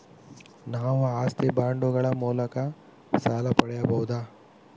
ನಾವು ಆಸ್ತಿ ಬಾಂಡುಗಳ ಮೂಲಕ ಸಾಲ ಪಡೆಯಬಹುದಾ?